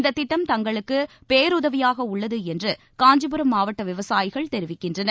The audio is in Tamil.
இந்த திட்டம் தங்களுக்கு பேருதவியாக உள்ளது என்று காஞ்சிபுரம் மாவட்ட விவசாயிகள் தெரிவிக்கின்றனர்